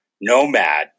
nomad